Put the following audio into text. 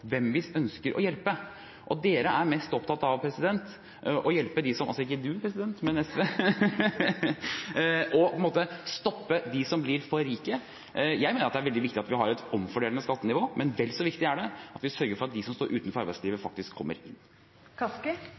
hvem vi ønsker å hjelpe. SV er mest opptatt av å stoppe dem som blir for rike. Jeg mener det er veldig viktig at vi har et omfordelende skattenivå, men vel så viktig er det at vi sørger for at de som står utenfor arbeidslivet, faktisk kommer inn.